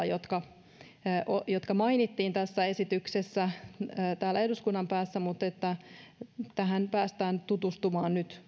jotka jotka mainittiin tässä esityksessä eivät ole olleet nyt saatavilla täällä eduskunnan päässä mutta tähän päästään tutustumaan nyt